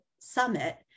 summit